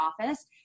office